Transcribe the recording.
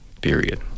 Period